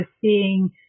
seeing